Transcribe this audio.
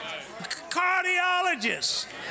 cardiologists